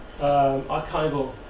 archival